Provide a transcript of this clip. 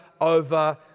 over